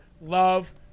love